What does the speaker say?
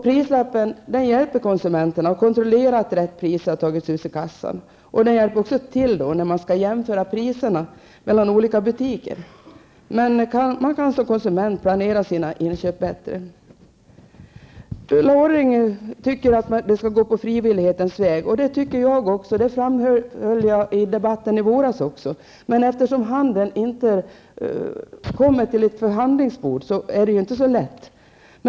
Prislappen hjälper konsumenterna att kontrollera att rätt pris har slagits in i kassan. Prislappen hjälper också till när konsumenterna skall jämföra priserna i olika butiker. Konsumenterna kan då planera sina inköp bättre. Ulla Orring tycker att detta skall ske på frivillighetens väg. Det tycker jag också, och det framhöll jag i debatten i våras. Men eftersom handelns representanter inte kommer till förhandlingsbordet är det inte så lätt.